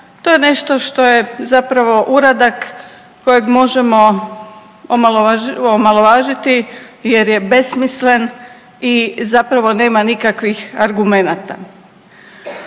to je nešto što je zapravo uradak kojeg možemo omalovažiti jer je besmislen i zapravo nema nikakvih argumenata.